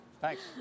Thanks